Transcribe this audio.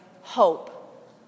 hope